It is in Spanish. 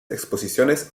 exposiciones